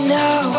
now